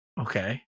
Okay